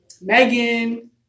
Megan